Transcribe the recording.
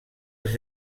els